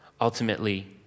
Ultimately